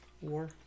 War